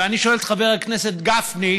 ואני שואל את חבר הכנסת גפני: